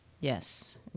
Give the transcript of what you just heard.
Yes